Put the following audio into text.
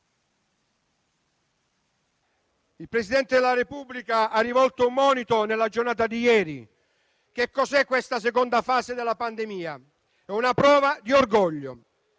Il Presidente della Repubblica ha rivolto un monito nella giornata di ieri. Cos'è questa seconda fase della pandemia? E' una prova di orgoglio,